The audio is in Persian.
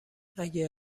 اگه